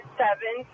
seven